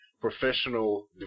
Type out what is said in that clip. professional